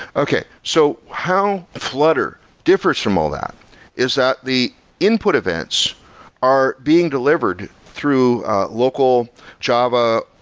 okay. so how flutter differs from all that is that the input events are being delivered through local java,